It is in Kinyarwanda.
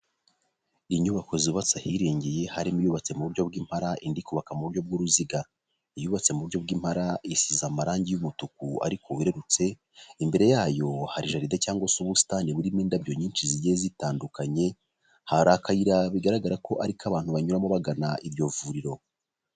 inyubako zubatse ahirengeye harimo iyubatse mu buryo bw'impara, indi kubabaka mu buryo bw'uruziga, iyubatse mu buryo bw'impara isize amarangi y'umutuku ariko wererutse, imbere yayo hari jaride cyangwa se ubusitani burimo indabyo nyinshi zigiye zitandukanye, hari akayira bigaragara ko ari ko abantu banyuramo bagana iryo vuriro.